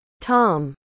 Tom